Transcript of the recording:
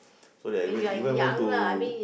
so that I went even went to